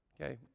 Okay